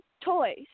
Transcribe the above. toys